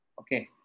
Okay